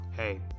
hey